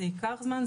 זה ייקח זמן,